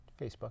Facebook